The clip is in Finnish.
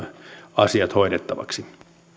asiat hoidettavaksi